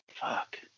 Fuck